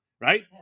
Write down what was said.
right